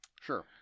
Sure